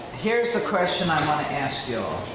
here's the question i wanna ask you.